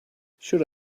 shall